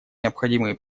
необходимые